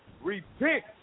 Repent